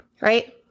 right